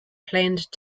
planned